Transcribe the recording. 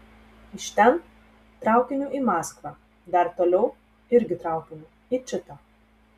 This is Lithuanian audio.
iš ten traukiniu į maskvą dar toliau irgi traukiniu į čitą